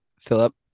Philip